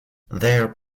their